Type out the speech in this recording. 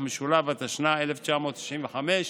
התשנ"ה 1995,